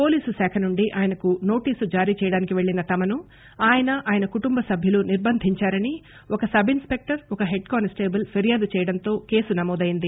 police శాఖ నుండి ఆయనకు నోటీసు జారీ చేయడానికి పెళ్లిన తమను ఆయన ఆయన కుటుంబ సభ్యులు నిర్బంధించారని ఒక సబ్ ఇస్స్ పెక్టర్ ఒక హెడ్ కానిస్టేబుల్ ఫిర్యాదు చేయడంతో కేసు నమోదైంది